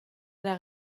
era